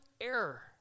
error